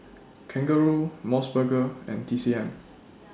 Kangaroo Mos Burger and T C M